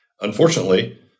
unfortunately